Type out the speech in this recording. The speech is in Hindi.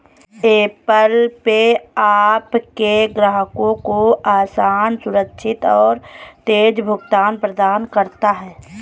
ऐप्पल पे आपके ग्राहकों को आसान, सुरक्षित और तेज़ भुगतान प्रदान करता है